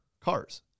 cars